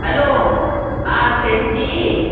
हलो हा सेठ जी जी